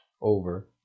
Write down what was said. over